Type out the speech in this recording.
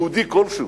יהודי כלשהו,